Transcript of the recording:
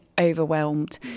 overwhelmed